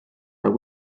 are